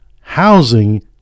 housing